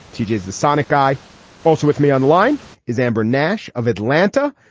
t j. is the sonic guy also with me on line is amber nash of atlanta.